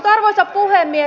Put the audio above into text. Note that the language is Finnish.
arvoisa puhemies